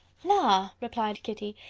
la! replied kitty,